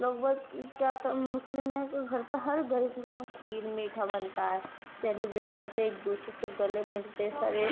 لوگ بہت کیا مسلم میں ہے کہ گھر پہ ہر گھر کیا ہے نا کھیر میٹھا بنتا ہے سیلیبریٹ کرتے ہیں ایک دوسرے سے گلے ملتے ہیں سارے